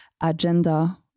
agenda